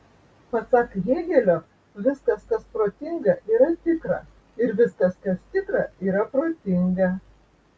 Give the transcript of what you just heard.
pasak hėgelio viskas kas protinga yra tikra ir viskas kas tikra yra protinga